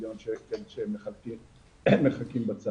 מיליון שקל שמחכים בצד.